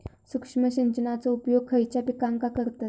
सूक्ष्म सिंचनाचो उपयोग खयच्या पिकांका करतत?